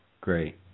Great